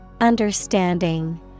Understanding